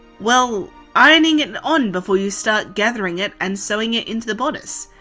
well ironing it and on before you start gathering it and sewing it into the bodice.